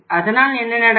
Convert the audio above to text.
அதனால் என்ன நடக்கும்